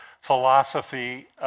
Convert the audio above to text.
philosophy